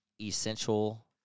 essential